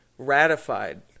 ratified